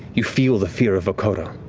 you feel the fear of vokodo.